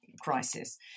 crisis